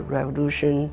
Revolution